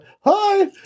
Hi